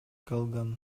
калган